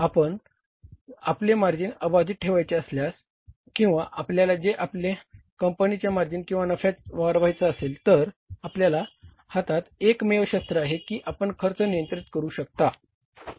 आपणास आपले मार्जिन अबाधित ठेवायचे असल्यास किंवा आपल्याला जे आपल्या कंपनीचा मार्जिन किंवा नफा वाढवायचा असेल तर आपल्या हातात एकमेव शस्त्र आहे की आपण खर्च नियंत्रित करू शकता